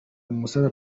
umusaza